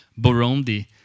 Burundi